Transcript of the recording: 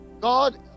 God